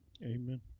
Amen